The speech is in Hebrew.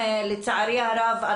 לצערי הרב,